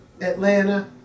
Atlanta